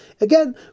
Again